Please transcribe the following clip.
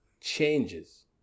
changes